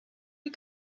you